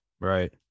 Right